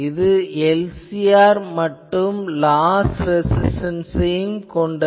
இது LCR மற்றும் loss resistance கொண்டது